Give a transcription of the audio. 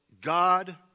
God